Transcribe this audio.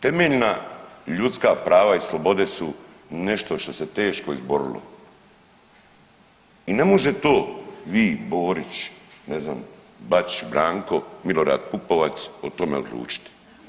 Temeljna ljudska prava i slobode su nešto što se teško izborilo i ne može to vi, Borić, ne znam Bačić Branko, Milorad Pupovac o tome odlučiti.